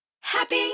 Happy